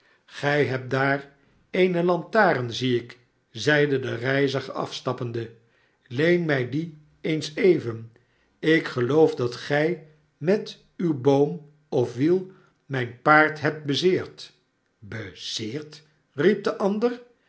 gij hebt daar eene lantaren zie ik zeide de reiziger afstappende leen mij die eens even ik geloof dat gij met uw boom of wiel mijn paard hebt bezeerd bezeerd riep de ander